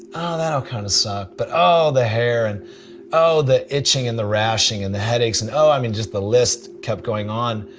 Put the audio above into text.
oh that'll kind of suck but oh the hair and oh the itching and the rashing and the headaches and oh i mean just the list kept going on.